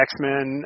X-Men